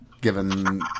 given